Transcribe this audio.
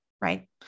right